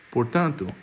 Portanto